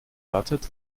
wartet